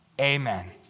amen